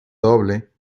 doble